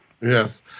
Yes